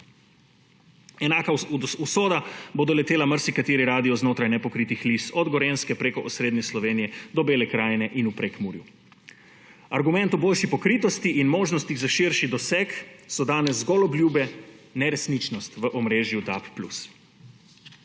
Enaka usoda bo doletela marsikateri radio znotraj nepokritih lis, od Gorenjske preko osrednje Slovenije do Bele krajine in v Prekmurju. Argument o boljši pokritosti in možnostih za širši doseg so danes zgolj obljube, neresničnost v omrežju DAB+.